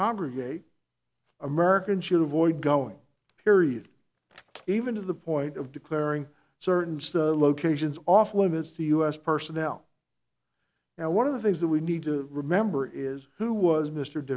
congregate american should have void going carried even to the point of declaring certain locations off limits to u s personnel and one of the things that we need to remember is who was mr